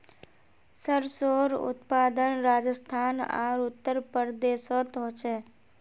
सर्सोंर उत्पादन राजस्थान आर उत्तर प्रदेशोत होचे